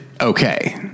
okay